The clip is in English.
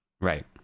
Right